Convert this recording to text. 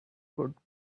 could